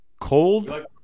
Cold